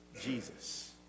Jesus